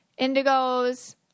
indigos